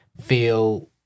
feel